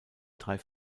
drei